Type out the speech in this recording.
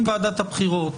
ואם ועדת הבחירות